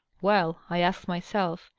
well, i asked myself,